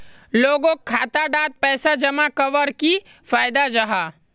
लोगोक खाता डात पैसा जमा कवर की फायदा जाहा?